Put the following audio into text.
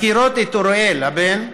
מכירות את אוראל הבן,